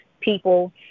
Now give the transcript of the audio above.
people